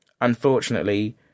Unfortunately